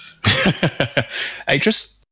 Atris